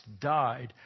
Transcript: died